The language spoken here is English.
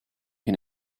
can